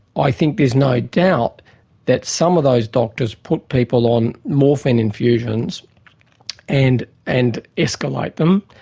i think there's no doubt that some of those doctors put people on morphine infusions and and escalate them,